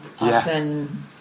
often